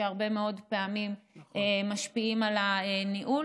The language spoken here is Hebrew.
שהרבה מאוד פעמים משפיעים על הניהול.